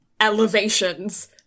elevations